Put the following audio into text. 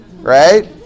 right